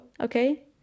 okay